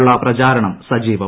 നുള്ള പ്രചാരണം സജീവം